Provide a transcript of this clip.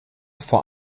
vor